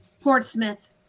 Portsmouth